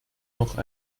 noch